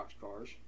cars